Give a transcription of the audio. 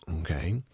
Okay